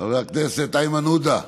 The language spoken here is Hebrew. הכנסת איימן עודה,